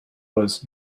was